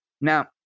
Now